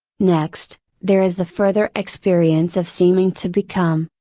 next, there is the further experience of seeming to become,